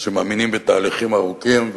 שמאמינים בתהליכים ארוכים.